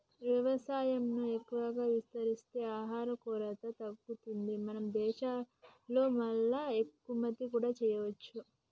వ్యవసాయం ను ఎక్కువ విస్తరిస్తే ఆహార కొరత తగ్గుతది మన దేశం లో మల్ల ఎగుమతి కూడా చేయొచ్చు